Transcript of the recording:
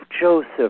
Joseph